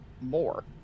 more